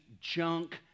junk